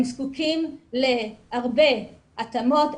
הם זקוקים להרבה התאמות,